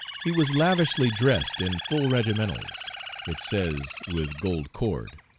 he was lavishly dressed in full regimentals it says, with gold cord.